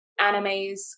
animes